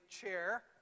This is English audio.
chair